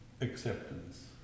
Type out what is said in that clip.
acceptance